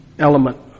element